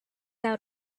out